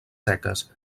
seques